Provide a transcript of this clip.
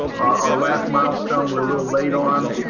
our last milestone we're a little late on.